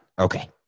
Okay